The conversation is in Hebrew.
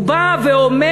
הוא בא ואומר: